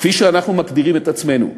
כפי שאנחנו מגדירים את עצמנו,